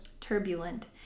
Turbulent